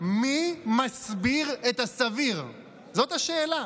מי מסביר את הסביר, זאת השאלה.